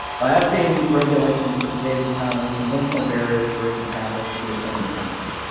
by updating regulation for today's economy, conventional barriers for raising capital could be a thing of the past.